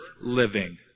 living